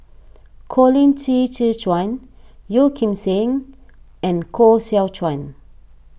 Colin Qi Zhe Quan Yeo Kim Seng and Koh Seow Chuan